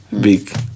big